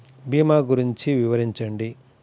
భీమా గురించి వివరించండి?